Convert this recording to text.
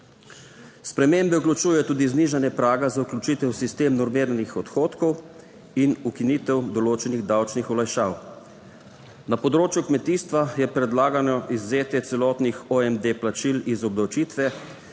Spremembe vključujejo tudi znižanje praga za vključitev v sistem normiranih odhodkov in ukinitev določenih davčnih olajšav. Na področju kmetijstva je predlagano izvzetje celotnih OMD plačil iz obdavčitve,